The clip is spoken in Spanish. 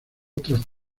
otras